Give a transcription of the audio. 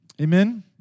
Amen